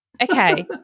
okay